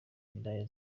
indaya